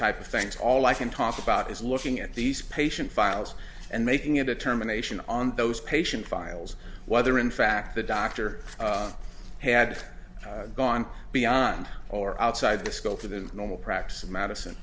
type of things all i can talk about is looking at these patient files and making a determination on those patient files whether in fact the doctor had gone beyond or outside the scope of the normal practice of medi